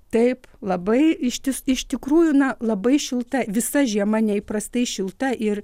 taip labai ištįs iš tikrųjų na labai šilta visa žiema neįprastai šilta ir